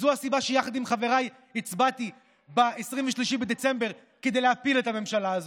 וזו הסיבה שיחד עם חבריי הצבעתי ב-23 בדצמבר כדי להפיל את הממשלה הזו,